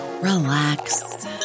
relax